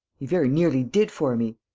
he very nearly did for me.